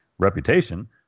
Reputation